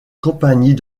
compagnie